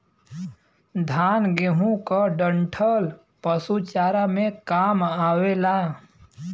धान, गेंहू क डंठल पशु चारा में काम आवेला